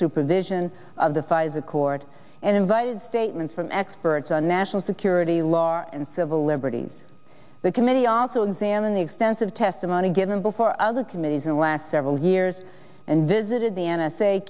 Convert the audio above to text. supervision of the files accord and invited statements from experts on national security law and civil liberties the committee also examined the extensive testimony given before other committees in the last several years and visited the n